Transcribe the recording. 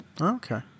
okay